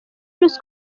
ruswa